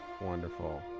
wonderful